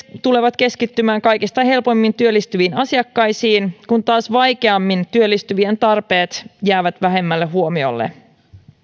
tulevat keskittymään kaikista helpommin työllistyviin asiakkaisiin kun taas vaikeammin työllistyvien tarpeet jäävät vähemmälle huomiolle